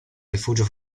rifugio